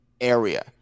area